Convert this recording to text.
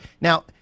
Now